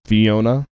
Fiona